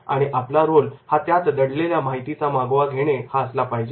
आणि आपला रोल हा त्यात दडलेल्या माहितीचा मागोवा घेणे हा असला पाहिजे